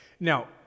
Now